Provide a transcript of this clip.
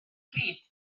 pryd